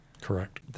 Correct